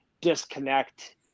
disconnect